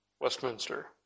Westminster